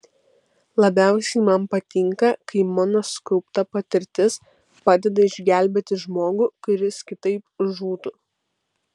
labiausiai man patinka kai mano sukaupta patirtis padeda išgelbėti žmogų kuris kitaip žūtų